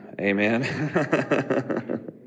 Amen